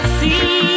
see